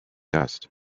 dust